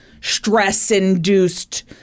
stress-induced